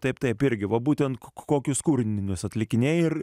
taip taip irgi va būtent kokius kūrinius atlikinėja ir